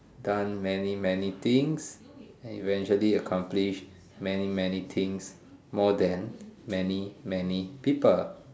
done many many things and eventually accomplish many many things more than many many people